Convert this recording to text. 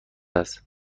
است